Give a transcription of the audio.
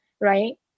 right